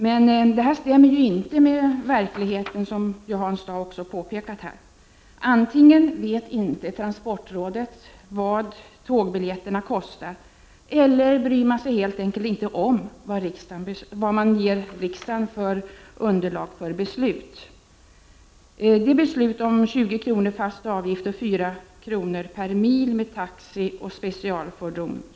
Men detta stämmer inte med verkligheten, som Hans Dau ju också har påpekat här. Antingen vet inte transportrådet vad tågbiljetterna kostar, eller bryr man sig helt enkelt inte om vad man ger riksdagen för beslutsunderlag. Det underlag som riksdagen grundade sitt beslut på i våras var 20 kr. fast avgift och 4 kr. per mil med taxi och specialfordon.